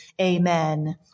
amen